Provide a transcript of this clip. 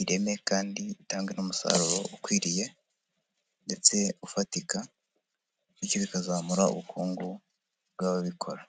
ireme kandi itange n'umusaruro ukwiriye ndetse ufatika, bityo bikazamura ubukungu bw'ababikora.